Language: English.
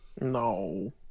No